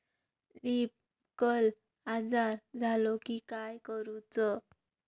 Leaf curl आजार झालो की काय करूच?